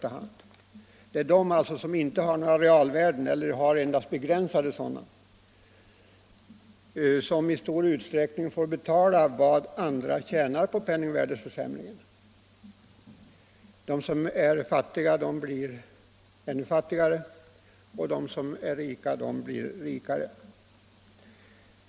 Det är de som inte har några realvärden eller endast begränsade sådana som i stor utsträckning får betala vad andra tjänar på penningvärdeförsämringen. De som är fattiga blir ännu fattigare och de redan rika blir rikare.